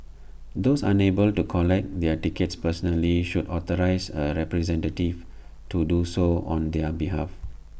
those unable to collect their tickets personally should authorise A representative to do so on their behalf